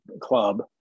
club